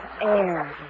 air